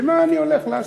במה אני הולך לעסוק?